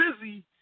Busy